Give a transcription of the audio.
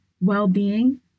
well-being